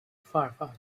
firefox